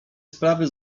sprawy